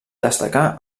destacà